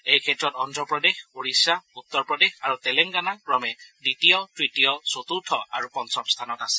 এই ক্ষেত্ৰত অজ্ঞপ্ৰদেশ ওড়িশা উত্তৰ প্ৰদেশ আৰু তেলেংগানা ক্ৰমে দ্বিতীয় তৃতীয় চতুৰ্থ আৰু পঞ্চম স্থানত আছে